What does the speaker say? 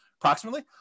Approximately